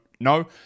No